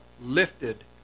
lifted